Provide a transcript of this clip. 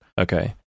okay